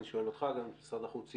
אני שואל אותך וגם את משרד החוץ,